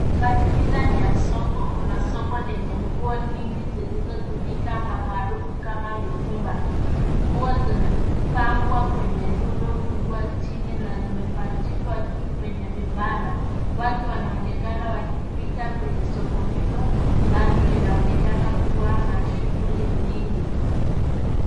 Mazingira ni ya soko. Kuna soko lenye nguo nyingi zilizotumika maarufu kama mitumba. Nguo zimepanngwa kwenye rundo kubwa chini na zimepachikwa juu kwenye vibanda. Watu wanaonekana wakipita kwenye soko hilo ambalo linaonekana kuwa na shuguli nyingi.